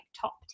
top